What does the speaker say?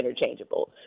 interchangeable